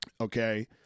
Okay